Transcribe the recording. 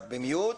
אורלי?